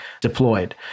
deployed